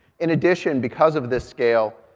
in addition because of this scale,